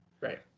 Right